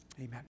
Amen